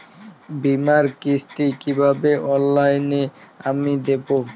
বীমার কিস্তি কিভাবে অনলাইনে আমি দেবো?